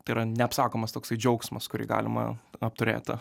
tai yra neapsakomas toksai džiaugsmas kurį galima apturėti